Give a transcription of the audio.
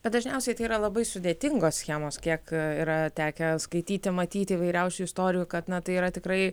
bet dažniausiai tai yra labai sudėtingos schemos kiek yra tekę skaityti matyti įvairiausių istorijų kad na tai yra tikrai